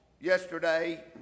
yesterday